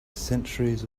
centuries